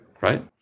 right